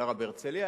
גרה בהרצלייה,